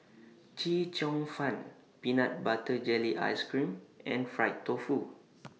Chee Cheong Fun Peanut Butter Jelly Ice Cream and Fried Tofu